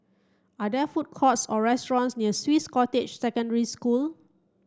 are there food courts or restaurants near Swiss Cottage Secondary School